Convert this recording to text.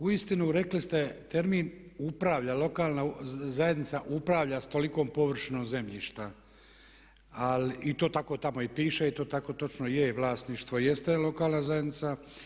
Uistinu rekli ste termin upravlja, lokalna zajednica upravlja sa tolikom površinom zemljišta i to tako tamo i piše i to tako točno je, vlasništvo jeste lokalna zajednica.